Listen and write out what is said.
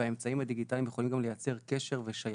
והאמצעים הדיגיטליים יכולים גם לייצר קשר ושייכות,